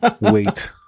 wait